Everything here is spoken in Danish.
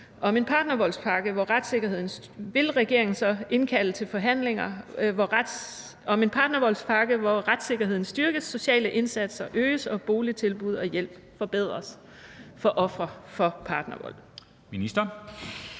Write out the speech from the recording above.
om en handlingsplan mod kvindedrab, indkalde til forhandlinger om en partnervoldspakke, hvor retssikkerheden styrkes, sociale indsatser øges og boligtilbud og -hjælp forbedres for ofre for partnervold?